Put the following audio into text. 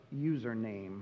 Username